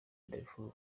darfur